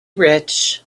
rich